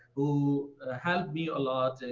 who helped me a lot,